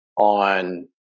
on